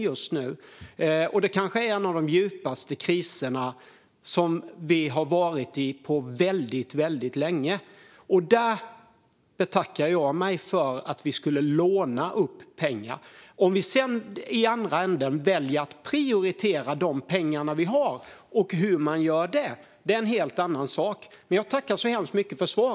Det är en av de kanske djupaste kriser vi har varit i på väldigt länge. Jag betackar mig för att då låna upp pengar. Om vi i andra änden väljer att prioritera när det gäller hur vi använder de pengar vi har är det en helt annan sak.